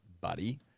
buddy